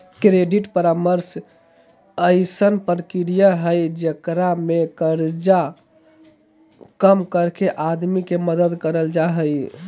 credit परामर्श अइसन प्रक्रिया हइ जेकरा में कर्जा कम करके आदमी के मदद करल जा हइ